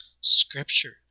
Scripture